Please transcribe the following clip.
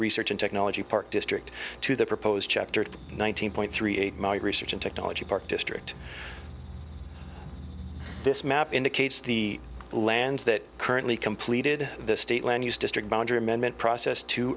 research and technology park district to the proposed chapter nineteen point three eight my research and technology park district this map indicates the lands that currently completed the state land use district boundary meant process to